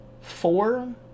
four